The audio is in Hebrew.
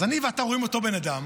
אז אני ואתה רואים את אותו בן אדם,